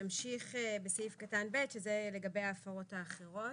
נמשיך בסעיף קטן (ב) שזה לגבי ההפרות האחרות.